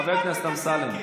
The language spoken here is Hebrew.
חבר הכנסת אמסלם.